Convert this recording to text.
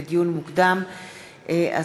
לדיון מוקדם,